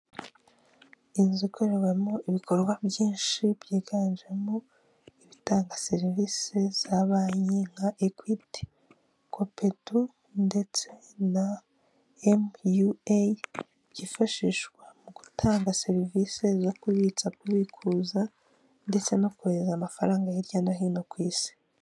Inzu ikorewemo ibikorwa byinshi byiganjemo ibitanga serivisi za banki nka ekwiti, kopedu ndetse na emu yu eyi byifashishwa mu gutanga serivisi zo kubitsa no kubikuza ndetse no kohereza amafaranga hirya no hino ku Isi.